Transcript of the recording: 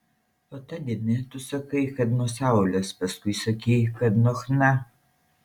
o ta dėmė tu sakai kad nuo saulės paskui sakei kad nuo chna